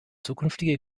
zukünftige